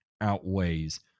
outweighs